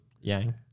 yang